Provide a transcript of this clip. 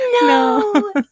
No